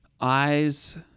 eyes